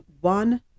one